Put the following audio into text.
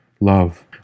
Love